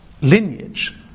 lineage